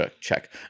check